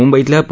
मुंबईतल्या पू